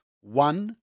one